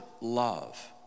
love